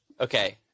Okay